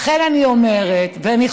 לכן אני אומרת, אתם אנשי התרבות הגדולים.